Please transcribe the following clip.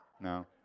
No